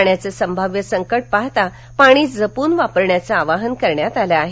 पाण्याचं संभाव्य संकट पाहता पाणी जपून वापरण्याचं आवाहन करण्यात आलं आहे